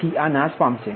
તેથી આ નાશ પામશે